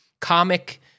comic